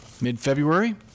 mid-February